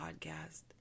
podcast